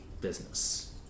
business